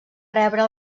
rebre